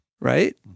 right